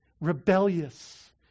Rebellious